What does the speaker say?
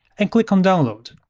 and click on download.